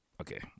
okay